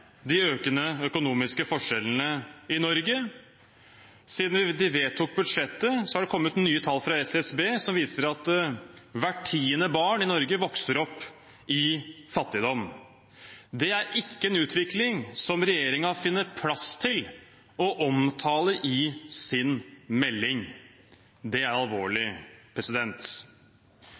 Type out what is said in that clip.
de økende økonomiske forskjellene i Norge. Siden vi vedtok budsjettet, har det kommet nye tall fra SSB som viser at hvert tiende barn i Norge vokser opp i fattigdom. Det er ikke en utvikling som regjeringen har funnet plass til å omtale i sin melding. Det er alvorlig.